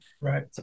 Right